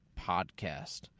Podcast